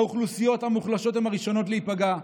האוכלוסיות המוחלשות הן הראשונות להיפגע.